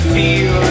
feel